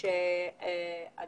אני